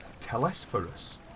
Telesphorus